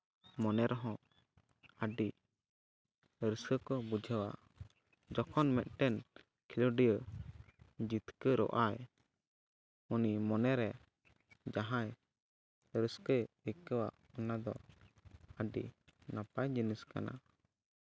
ᱢᱚᱱᱮ ᱨᱮᱦᱚᱸ ᱟᱹᱰᱤ ᱨᱟᱹᱥᱠᱟᱹ ᱠᱚ ᱵᱩᱡᱷᱟᱹᱣᱟ ᱡᱚᱠᱷᱚᱱ ᱢᱤᱫᱴᱮᱱ ᱠᱷᱮᱞᱳᱰᱤᱭᱟᱹ ᱡᱤᱛᱠᱟᱹᱨᱚᱜ ᱟᱭ ᱩᱱᱤ ᱢᱚᱱᱮᱨᱮ ᱡᱟᱦᱟᱸ ᱨᱟᱹᱥᱠᱟᱹᱭ ᱟᱹᱭᱠᱟᱹᱣᱟ ᱚᱱᱟ ᱫᱚ ᱟᱹᱰᱤ ᱱᱟᱯᱟᱭ ᱡᱤᱱᱤᱥ ᱠᱟᱱᱟ